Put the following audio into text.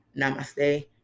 Namaste